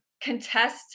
contest